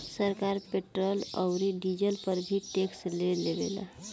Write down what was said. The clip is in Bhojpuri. सरकार पेट्रोल औरी डीजल पर भी टैक्स ले लेवेला